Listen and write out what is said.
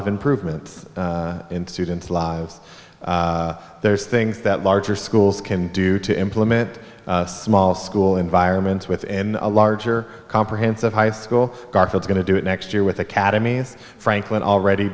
of improvements in students lives there's things that larger schools can do to implement small school environments within a larger comprehensive high school that's going to do it next year with academies franklin already